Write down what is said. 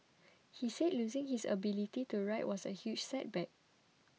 he said losing his ability to write was a huge setback